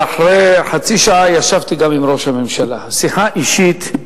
ואחרי חצי שעה ישבתי גם עם ראש הממשלה בשיחה אישית,